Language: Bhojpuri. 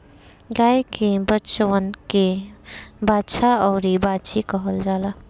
गाय के बचवन के बाछा अउरी बाछी कहल जाला